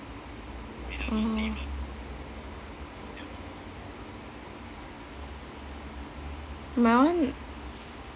oh my one